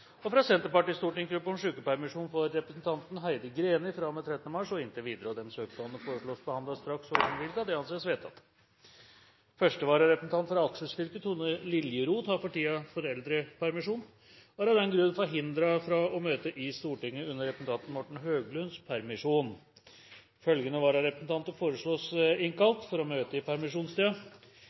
og inntil videre fra Senterpartiets stortingsgruppe om sykepermisjon for representanten Heidi Greni fra og med 13. mars og inntil videre Etter forslag fra presidenten ble enstemmig besluttet: Disse søknadene foreslås behandlet straks og innvilges. – Det anses vedtatt. Første vararepresentant for Akershus fylke, Tone Liljeroth, har for tiden foreldrepermisjon og er av den grunn forhindret fra å møte i Stortinget under representanten Morten Høglunds permisjon. Følgende vararepresentanter innkalles for å møte i